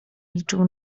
liczył